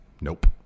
Nope